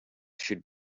should